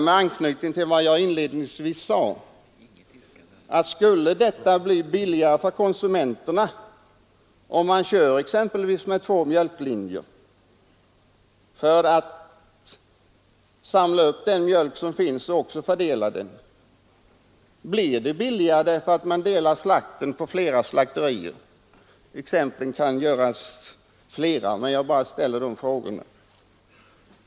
Med anknytning till vad jag inledningsvis sade vill jag bara fråga: Skulle det bli billigare för konsumenterna om man exempelvis kör med två mjölklinjer för att samla upp den mjölk som finns? Blir köttet billigare för att man fördelar slakten på flera slakterier än nödvändigt? Många liknande frågor kan ställas.